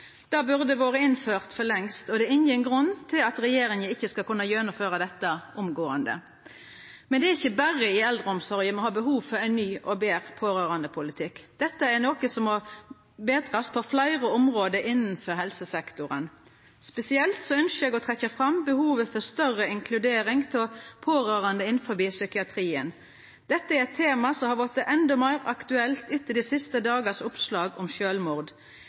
Det burde vore innført for lengst, og det er ingen grunn til at regjeringa ikkje skal kunna gjennomføra det omgåande. Men det er ikkje berre i eldreomsorga me har behov for ein ny og betre pårørandepolitikk. Dette er noko som må betrast på fleire område innanfor helsesektoren. Spesielt ønskjer eg å trekkja fram behovet for større inkludering av pårørande innanfor psykiatrien. Dette er eit tema som har vorte endå meir aktuelt etter oppslaga om sjølvmord dei siste